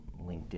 linkedin